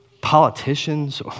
politicians